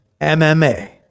MMA